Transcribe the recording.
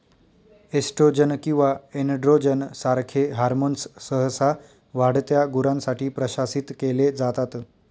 oestrogen किंवा androgen सारखे hormones सहसा वाढत्या गुरांसाठी प्रशासित केले जातात